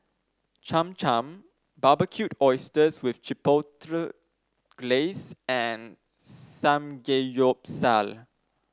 Cham Cham Barbecued Oysters with Chipotle Glaze and Samgeyopsal